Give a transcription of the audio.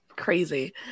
crazy